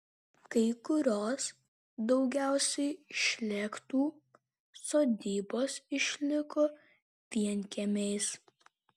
kai kurios daugiausiai šlėktų sodybos išliko vienkiemiais